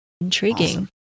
Intriguing